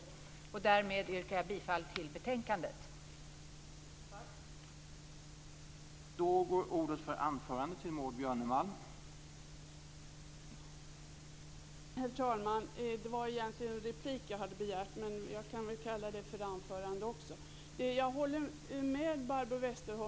Därmed yrkar jag bifall till utskottets hemställan.